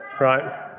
Right